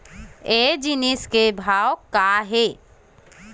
मोला बजार के भाव पूछना हे?